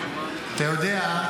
אתה יודע,